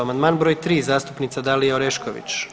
Amandman broj tri zastupnica Dalija Orešković.